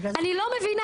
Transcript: אני לא מבינה.